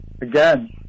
again